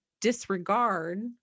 disregard